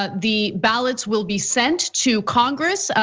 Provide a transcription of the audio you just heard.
ah the ballots will be sent to congress,